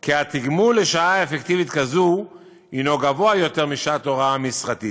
כי התגמול לשעה אפקטיבית כזאת גבוה יותר משעת הוראה משרתית,